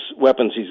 weapons